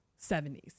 70s